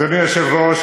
אדוני היושב-ראש,